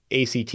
ACT